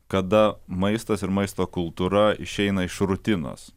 kada maistas ir maisto kultūra išeina iš rutinos